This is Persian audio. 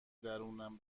درونم